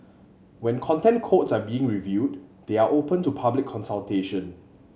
when Content Codes are being reviewed they are open to public consultation